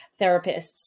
therapists